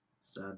Sad